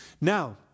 Now